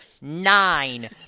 Nine